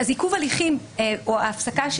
עיכוב הליכים או הפסקת משפט.